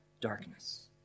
darkness